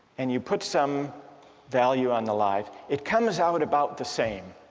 and you put some value on the life, it comes out about the same